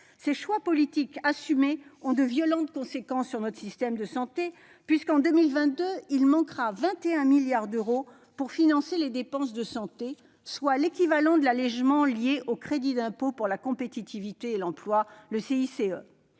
Ces choix politiques assumés ont de violentes conséquences sur notre système de santé puisqu'en 2022, il manquera 21 milliards d'euros pour financer les dépenses de santé, soit l'équivalent de l'allégement lié au crédit d'impôt pour la compétitivité et l'emploi (CICE).